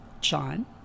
John